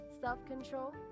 self-control